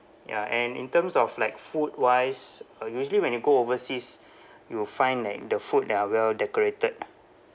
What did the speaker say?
ya and in terms of like food wise uh usually when you go overseas you will find like the food there are well decorated ah